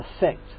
effect